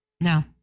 No